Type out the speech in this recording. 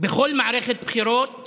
בכל מערכת בחירות